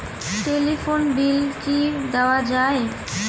Telephone bill কি দেওয়া যায়?